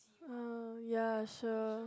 uh ya sure